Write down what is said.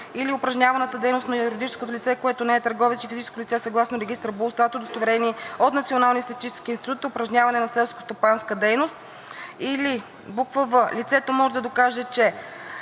или упражняваната дейност на юридическото лице, което не е търговец, и физическото лице съгласно регистър БУЛСТАТ, удостоверени от Националния статистически институт, е упражняване на селскостопанска дейност, или в) лицето може да докаже, че: